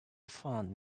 found